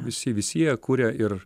visi visi jie kuria ir